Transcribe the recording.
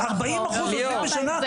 40% בשנה.